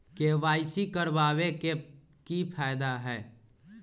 KYC करवाबे के कि फायदा है?